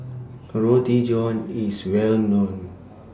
Kroti John IS Well known